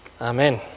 Amen